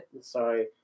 Sorry